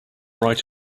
right